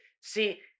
see